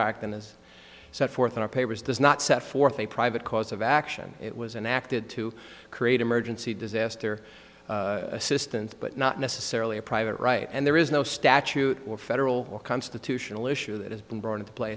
has set forth in our papers does not set forth a private cause of action it was an acted to create emergency disaster assistance but not necessarily a private right and there is no statute or federal constitutional issue that has been brought into play